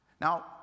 Now